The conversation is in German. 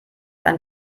einen